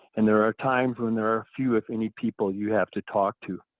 and there are times when there are few if any people you have to talk to.